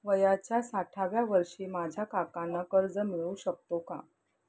वयाच्या साठाव्या वर्षी माझ्या काकांना कर्ज मिळू शकतो का?